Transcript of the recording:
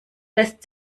lässt